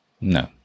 No